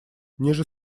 ниже